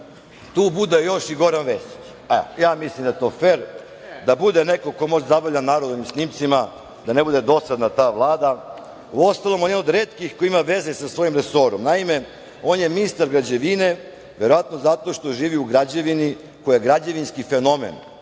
tu bude još i Goran Vesić. Ja mislim da je to fer da bude neko ko može da zabavlja narod ovim snimcima, da ne bude dosadna ta Vlada. Uostalom, on je od retkih koji ima veze sa svojim resorom. Naime, on je ministar građevine, verovatno zato što živi u građevini koja je građevinski fenomen.